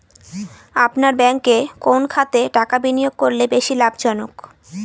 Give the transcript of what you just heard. আপনার ব্যাংকে কোন খাতে টাকা বিনিয়োগ করলে বেশি লাভজনক?